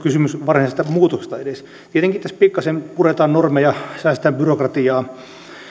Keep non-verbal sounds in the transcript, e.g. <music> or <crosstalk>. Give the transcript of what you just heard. <unintelligible> kysymys varsinaisesta muutoksesta edes tietenkin tässä pikkuisen puretaan normeja säästetään byrokratiaa